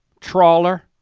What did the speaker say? trawler,